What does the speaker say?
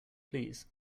please